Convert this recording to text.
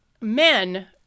men